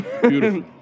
Beautiful